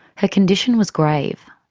her condition was grave.